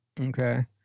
Okay